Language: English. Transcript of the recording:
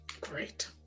Great